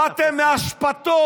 מי אמר "באתם מאשפתות"?